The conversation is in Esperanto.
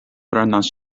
prenas